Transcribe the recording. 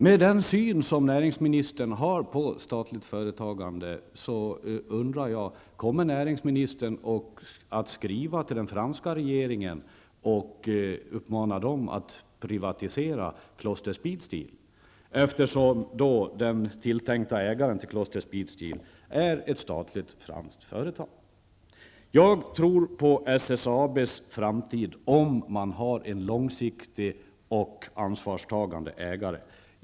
Med den syn som näringsministern har på statligt företagande undrar jag: Kommer näringsministern att skriva till den franska regeringen och uppmana den att privatisera Kloster Speedsteel, eftersom den tilltänkta ägaren är ett statligt franskt företag? Jag tror på SSABs framtid om man har en långsiktig och ansvarstagande ägare.